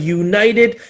united